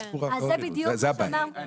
זו הבעיה.